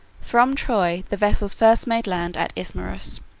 from troy the vessels first made land at ismarus,